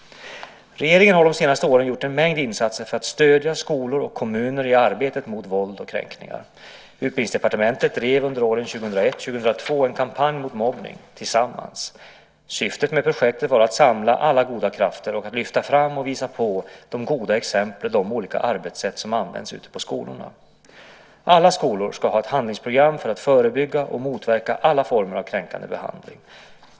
Regeringen har de senaste åren gjort en mängd insatser för att stödja skolor och kommuner i arbetet mot våld och kränkningar. Utbildningsdepartementet drev under åren 2001-2002 en kampanj mot mobbning, Tillsammans. Syftet med projektet var att samla alla goda krafter och att lyfta fram och visa på de goda exemplen och de olika arbetssätt som används ute på skolorna. Alla skolor ska ha ett handlingsprogram för att förebygga och motverka alla former av kränkande behandling.